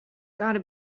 gotta